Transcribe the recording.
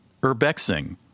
urbexing